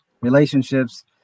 relationships